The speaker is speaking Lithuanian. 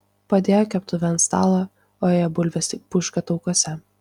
padėjo keptuvę ant stalo o joje bulvės tik puška taukuose